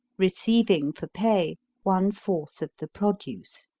receiving for pay one fourth of the produce.